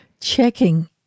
checking